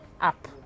up